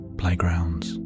playgrounds